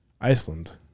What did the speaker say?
Iceland